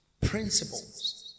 Principles